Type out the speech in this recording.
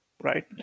right